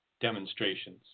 demonstrations